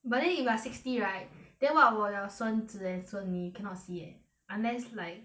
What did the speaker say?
but then if you're like sixty right then what about your 孙子 and 孙女 cannot see leh unless like